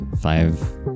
five